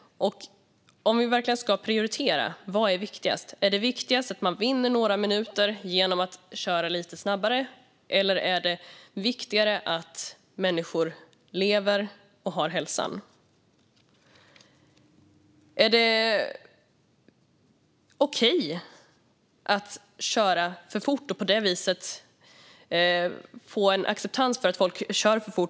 Och om vi verkligen ska prioritera - vad är viktigast? Är det viktigast att man vinner några minuter genom att köra lite snabbare, eller är det viktigare att människor lever och har hälsan? Är det okej att köra för fort och på det viset få en acceptans för att folk kör för fort?